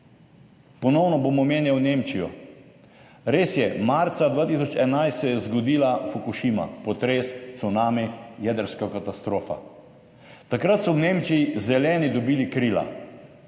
Ponovno bom omenjal Nemčijo. Res je, marca 2011 se je zgodila Fukušima, potres, cunami, jedrska katastrofa. Takrat so v Nemčiji Zeleni dobili krila,